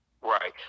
Right